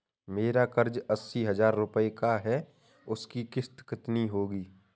मेरा कर्ज अस्सी हज़ार रुपये का है उसकी किश्त कितनी होगी?